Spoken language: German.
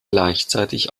gleichzeitig